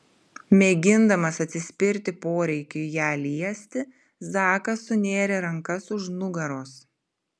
mėgindamas atsispirti poreikiui ją liesti zakas sunėrė rankas už nugaros